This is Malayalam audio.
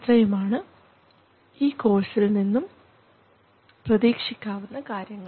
ഇത്രയുമാണ് ആണ് ഈ കോഴ്സിൽ നിന്നും പ്രതീക്ഷിക്കാവുന്ന കാര്യങ്ങൾ